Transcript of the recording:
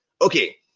Okay